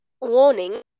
Warning